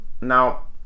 now